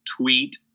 tweet